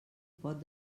pot